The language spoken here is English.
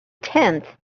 tenth